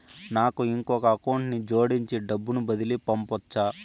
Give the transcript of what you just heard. నాకు ఇంకొక అకౌంట్ ని జోడించి డబ్బును బదిలీ పంపొచ్చా?